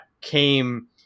came